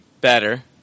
Better